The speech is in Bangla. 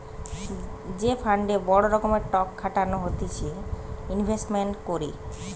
যে ফান্ডে বড় রকমের টক খাটানো হতিছে ইনভেস্টমেন্ট করে